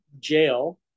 jail